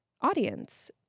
audience